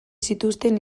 zituzten